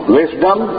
wisdom